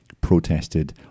protested